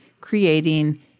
creating